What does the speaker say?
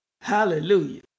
Hallelujah